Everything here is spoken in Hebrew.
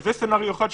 זה סצנריו אחד,